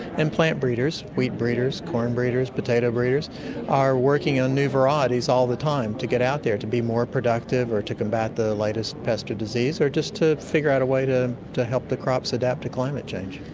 and plant breeders, wheat breeders, corn breeders, potato breeders are working on new varieties all the time to get out there, to be more productive or to combat the latest pest or disease or just to figure out a way to to help the crops adapt to climate change.